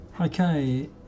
Okay